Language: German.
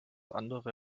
andere